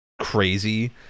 crazy